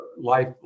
life